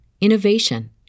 innovation